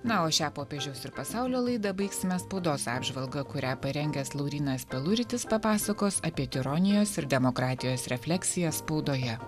na o šią popiežiaus ir pasaulio laidą baigsime spaudos apžvalga kurią parengęs laurynas peluritis papasakos apie tironijos ir demokratijos refleksiją spaudoje